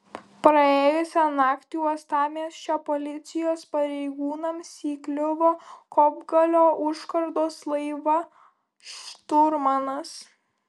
praėjusią naktį uostamiesčio policijos pareigūnams įkliuvo kopgalio užkardos laivo šturmanas